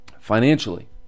Financially